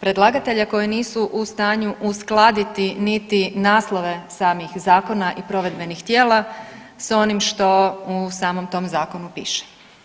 predlagatelja koji nisu u stanju uskladiti niti naslove samih zakona i provedbenih tijela sa onim što u samom tom zakonu piše.